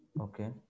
Okay